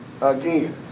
again